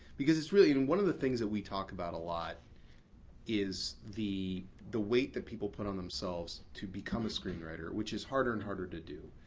because it's really, and one of the things that we talk about a lot is the the weight that people put on themselves to become a screenwriter, which is harder and harder to do.